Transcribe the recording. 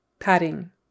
Padding